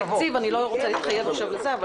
הישיבה ננעלה בשעה 15:55.